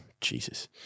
Jesus